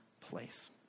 place